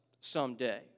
someday